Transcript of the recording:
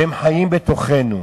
והם חיים בתוכנו?